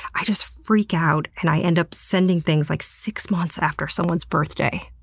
i just freak out, and i end up sending things like six months after someone's birthday.